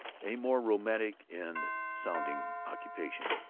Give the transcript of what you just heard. a more romantic and sounding occupation.